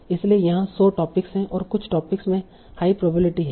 इसलिए यहाँ सौ टॉपिक्स हैं और कुछ टॉपिक्स में हाई प्रोबेबिलिटी है